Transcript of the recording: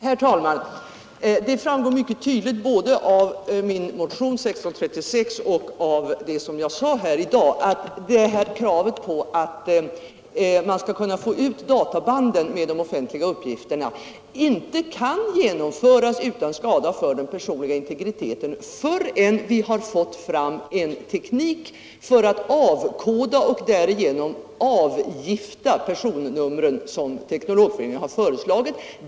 Herr talman! Det framgår mycket tydligt både av min motion 1636 och av vad jag sade här i dag att kravet på att man skall kunna få ut databanden med offentliga uppgifter inte kan beviljas utan skada för den personliga integriteten förrän vi fått fram en teknik för att avkoda och därmed ”avgifta” personnumren såsom Teknologföreningen har föreslagit.